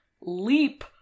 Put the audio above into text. leap